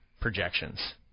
projections